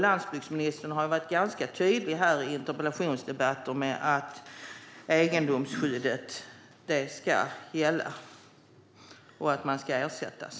Landsbygdsministern har varit ganska tydlig här i interpellationsdebatter med att egendomsskyddet ska gälla och att man ska ersättas.